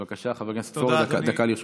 בבקשה, חבר הכנסת פורר, דקה לרשותך.